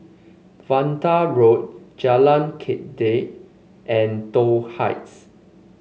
Vanda Road Jalan Kledek and Toh Heights